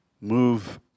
move